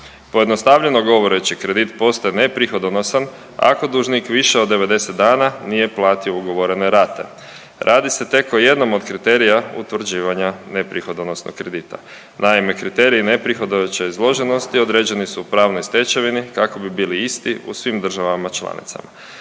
Pojednostavljeno govoreći kredit postaje neprihodonosan ako dužnik više od 90 dana nije platio ugovorene rate. Radi se tek o jednom od kriterija utvrđivanja neprihodonosnog kredita. Naime, kriteriji neprihodojuće izloženosti određeni su u pravnoj stečevini kako bi bili isti u svim državama članicama.